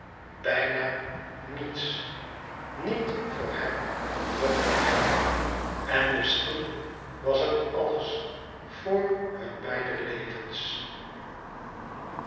bijna niets niet voor hem noch voor haar en misschien was er alles voor hun beider levens